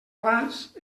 vas